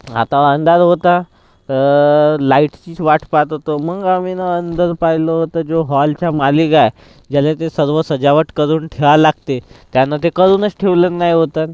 आता अंधार होता लाईटचीच वाट पहात होतो मग आम्ही न अंदर पाहिलो तर जो हॉलचा मालिक आहे ज्याला ते सर्व सजावट करून ठेवायला लागते त्यानं ते करूनच ठेवलं नाय होतंन